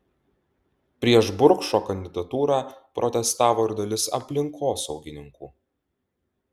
prieš burkšo kandidatūrą protestavo ir dalis aplinkosaugininkų